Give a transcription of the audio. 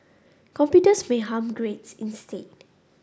computers may harm grades instead